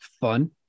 fun